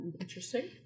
Interesting